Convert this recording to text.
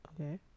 Okay